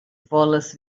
volas